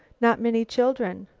not many children.